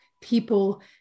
people